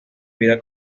vida